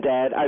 Dad